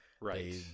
Right